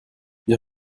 ihr